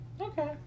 okay